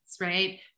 right